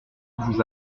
vous